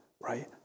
right